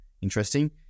Interesting